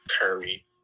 Curry